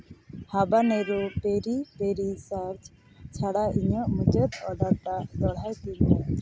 ᱦᱟᱵᱟᱱᱮᱨᱩ ᱯᱮᱨᱤ ᱯᱮᱨᱤ ᱥᱟᱪ ᱪᱷᱟᱲᱟ ᱤᱧᱟᱹᱜ ᱢᱩᱪᱟᱹᱫ ᱚᱰᱟᱨ ᱴᱟᱜ ᱫᱚᱦᱲᱟᱭ ᱛᱤᱧ ᱢᱮ